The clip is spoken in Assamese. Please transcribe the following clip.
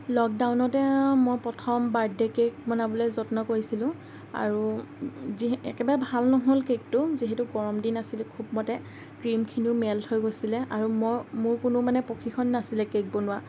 লকডাউনতে মই প্ৰথম বাৰ্থডে কেক বনাবলৈ যত্ন কৰিছিলোঁ আৰু যি একেবাৰে ভাল নহ'ল কেকটো যিহেতু গৰম দিন আছিল খুবমতে ক্ৰীমখিনিও মেল্ট হৈ গৈছিলে আৰু মই মোৰ কোনো মানে প্ৰশিক্ষণ নাছিলে কেক বনোৱা